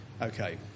Okay